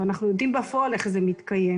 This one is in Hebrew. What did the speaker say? ואנחנו יודעים בפועל איך זה מתקיים.